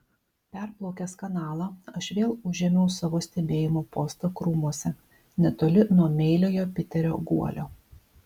perplaukęs kanalą aš vėl užėmiau savo stebėjimo postą krūmuose netoli nuo meiliojo piterio guolio